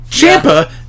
Champa